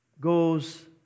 Goes